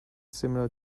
similar